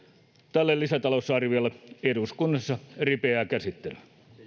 tälle lisätalousarviolle eduskunnassa ripeää käsittelyä